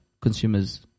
consumers